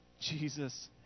Jesus